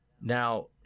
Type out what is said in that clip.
Now